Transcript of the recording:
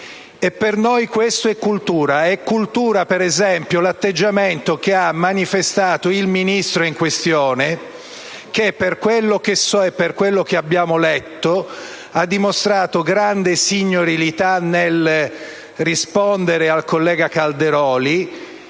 Per noi questo è cultura. È cultura, per esempio, l'atteggiamento che ha tenuto il Ministro in questione, che, per quello so e per quello che abbiamo letto, ha dimostrato grande signorilità nel rispondere al collega Calderoli